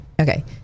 Okay